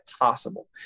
possible